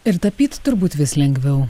ir tapyti turbūt vis lengviau